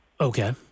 Okay